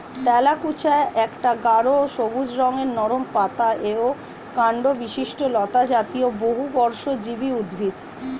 তেলাকুচা একটা গাঢ় সবুজ রঙের নরম পাতা ও কাণ্ডবিশিষ্ট লতাজাতীয় বহুবর্ষজীবী উদ্ভিদ